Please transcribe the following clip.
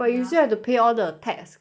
ya but you still have to pay all the tax